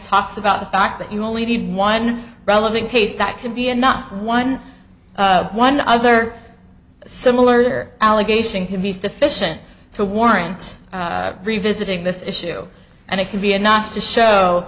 talks about the fact that you only need one relevant case that can be enough for one one other similar allegation can be sufficient to warrant revisiting this issue and it can be enough to show